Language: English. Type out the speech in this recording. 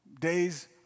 days